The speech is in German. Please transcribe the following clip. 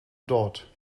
dort